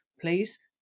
please